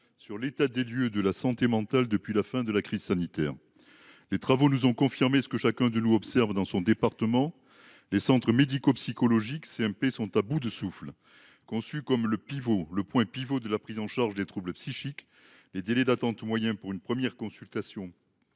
sur l’état des lieux de la santé mentale depuis la fin de la crise sanitaire. Nos travaux ont confirmé ce que chacun de nous observe dans son département : les centres médico psychologiques sont à bout de souffle. Alors qu’ils sont conçus comme le pivot de la prise en charge des troubles psychiques, le délai d’attente moyen pour une première consultation